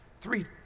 three